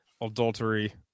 adultery